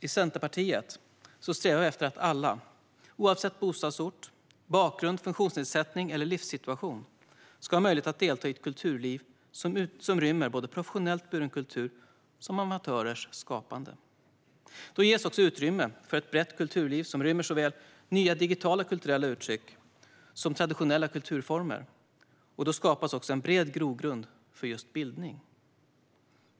I Centerpartiet strävar vi efter att alla, oavsett bostadsort, bakgrund, funktionsnedsättning eller livssituation, ska ha möjlighet att delta i ett kulturliv som rymmer såväl professionellt buren kultur som amatörers skapande. Då ges utrymme för ett brett kulturliv som rymmer såväl nya digitala kulturella uttryck som traditionella kulturformer. Då skapas också en bred grogrund för bildning.